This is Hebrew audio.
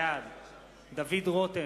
בעד דוד רותם,